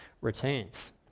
returns